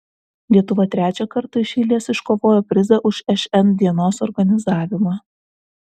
lietuva trečią kartą iš eilės iškovojo prizą už šn dienos organizavimą